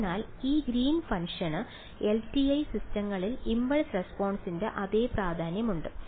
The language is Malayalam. അതിനാൽ ഈ ഗ്രീൻസ് ഫങ്ഷന് Green's function എൽടിഐ സിസ്റ്റങ്ങളിൽ ഇംപൾസ് റെസ്പോൺസ്ൻറെ അതേ പ്രാധാന്യമുണ്ട്